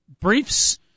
briefs